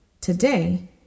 Today